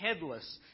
headless